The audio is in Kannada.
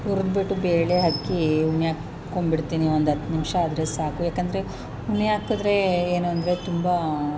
ಹುರಿಸ್ಬಿಟ್ಟು ಬೇಳೆ ಹಾಕಿ ಮ್ಯಕ್ಕೊಂಬಿಡ್ತೀನಿ ಒಂದು ಹತ್ತು ನಿಮಿಷ ಆದರೆ ಸಾಕು ಏಕೆಂದ್ರೆ ಹುಣಸೆ ಹಾಕಿದ್ರೇ ಏನು ಅಂದರೆ ತುಂಬ